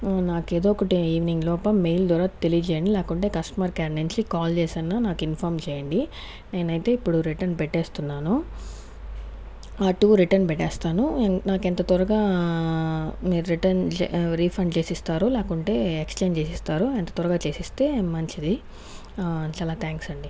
నాకు ఏదో ఒకటి ఈవినింగ్ లోపు మెయిల్ ద్వారా తెలియజేయండి లేకుంటే కస్టమర్ కేర్ నుంచి కాల్ చేశాను నాకు ఇంఫాం చేయండి నేనైతే ఇప్పుడు రిటర్న్ పెట్టేస్తున్నాను ఆ టు రిటర్న్ పెట్టేస్తాను నాకు ఎంత త్వరగా మీరు రిటర్న్ రిఫండ్ చేసి ఇస్తారు లేకుంటే ఎక్స్చేంజ్ చేసి ఇస్తారు ఎంత త్వరగా చేసేస్తే మంచిది చాలా థ్యాంక్స్ అండి